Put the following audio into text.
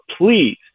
please